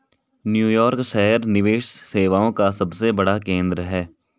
New York शहर निवेश सेवाओं का सबसे बड़ा केंद्र है